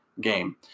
game